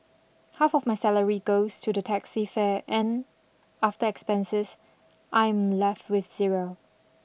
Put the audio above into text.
half of my salary goes to the taxi fare and after expenses I'm left with zero